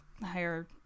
higher